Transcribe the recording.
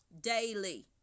daily